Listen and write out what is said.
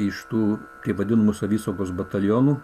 iš tų vadinamų savisaugos batalionų